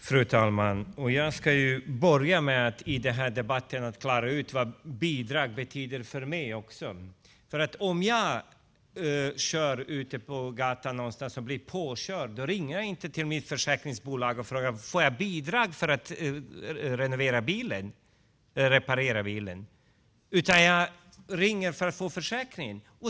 Fru talman! Jag ska börja med att klara ut vad bidrag betyder för mig. Om jag kör bil och blir påkörd ringer jag inte till mitt försäkringsbolag och frågar om jag kan få ett bidrag för att reparera min bil, utan jag ringer för att få försäkringspengar.